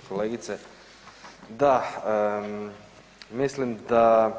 Kolegice da mislim da